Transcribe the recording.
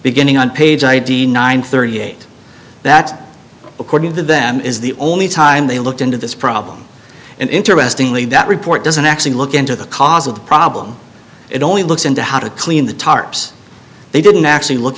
beginning on page id nine thirty eight that's according to them is the only time they looked this problem and interestingly that report doesn't actually look into the cause of the problem it only looks into how to clean the tarps they didn't actually look